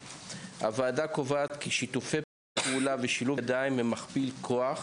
הוועדה קובעת כי שיתופי פעולה ושילוב ידיים הם מכפיל כוח